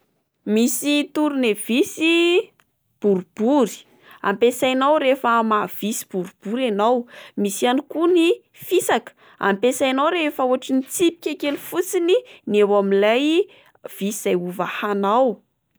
Misy tourne visy boribory ampiasainao rehefa hamaha visy boribory ianao, misy ihany koa ny fisaka ampiasainao rehefa ohatra ny tsipika kely fotsiny ny eo amin'ilay visy izay ho vahanao.